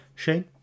Shane